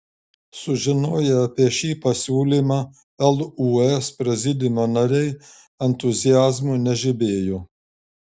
sužinoję apie šį pasiūlymą lūs prezidiumo nariai entuziazmu nežibėjo